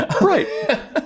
Right